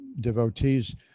devotees